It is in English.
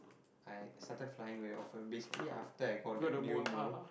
I started flying very often basically after I got that new mole